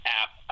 app